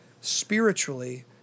spiritually